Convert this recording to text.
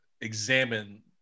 examine